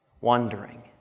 Wondering